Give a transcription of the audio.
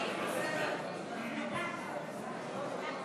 בשביל מה?